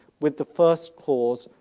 with the first clause,